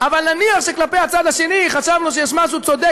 אבל נניח שכלפי הצד השני חשבנו שיש משהו צודק